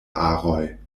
aroj